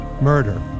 Murder